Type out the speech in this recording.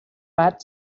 fat